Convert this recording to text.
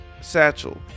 Satchel